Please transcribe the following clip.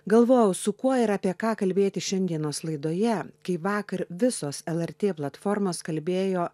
galvojau su kuo ir apie ką kalbėti šiandienos laidoje kai vakar visos lrt platformos kalbėjo